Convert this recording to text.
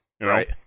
Right